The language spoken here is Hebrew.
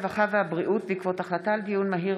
הרווחה והבריאות בעקבות דיון מהיר